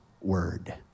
word